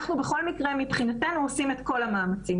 בכל מקרה, מבחינתנו אנחנו עושים את כל המאמצים.